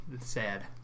sad